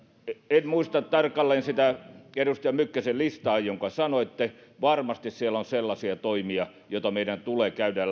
en muista tarkalleen sitä edustaja mykkäsen listaa jonka sanoitte varmasti siellä on sellaisia toimia joita meidän tulee käydä